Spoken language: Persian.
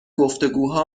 گفتگوها